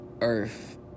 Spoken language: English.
earth